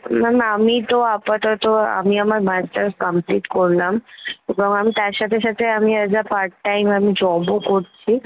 না না আমি তো আপাতত আমি আমার মাস্টার্স কমপ্লিট করলাম এবং আমি তার সাথে সাথে আমি অ্যাস আ পার্ট টাইম আমি জবও করছি